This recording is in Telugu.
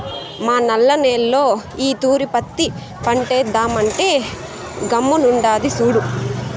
మా నల్ల నేల్లో ఈ తూరి పత్తి పంటేద్దామంటే గమ్ముగుండాడు సూడు